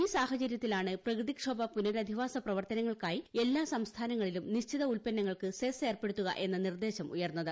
ഈ സാഹചര്യത്തിലാണ് പ്രകൃതിക്ഷോഭ്യ പ്രൂനരധിവാസ പ്രവർത്തനങ്ങൾക്കായി എല്ലാ സംസ്ഫൂനങ്ങളിലും നിശ്ചിത ഉൽപ്പന്നങ്ങൾക്ക് സെസ് ഏർപ്പെട്ടുത്തുക എന്ന നിർദ്ദേശം ഉയർന്നത്